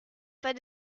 pas